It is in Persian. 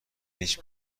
هیچ